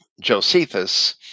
Josephus